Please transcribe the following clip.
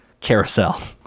carousel